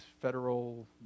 federal